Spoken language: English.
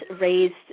raised